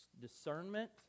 Discernment